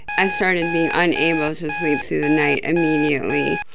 i started being unable to sleep through the night immediately.